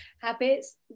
Habits